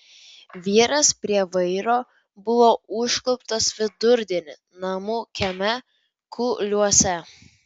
vyras prie vairo buvo užkluptas vidurdienį namų kieme kuliuose